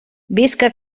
visca